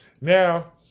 Now